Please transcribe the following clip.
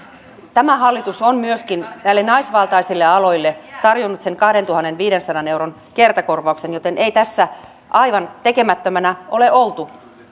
tämä hallitus myöskin on näille naisvaltaisille aloille tarjonnut sen kahdentuhannenviidensadan euron kertakorvauksen joten ei tässä aivan tekemättömänä ole oltu